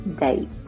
Date